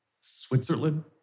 Switzerland